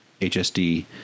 HSD